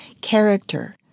character